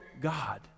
God